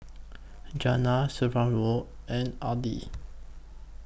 Jana Saverio and Aidyn